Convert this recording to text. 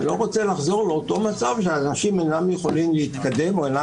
אני לא רוצה לחזור לאותו מצב שאנשים אינם יכולים להתקדם או אינם